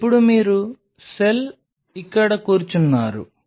ఇప్పుడు మీరు సెల్లు ఇక్కడ కూర్చున్నారు